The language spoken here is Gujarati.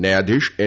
ન્યાયાધીશ એન